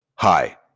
Hi